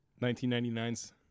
1999's